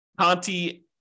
Conti